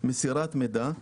"מסירת מידע,